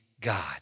God